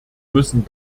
müssen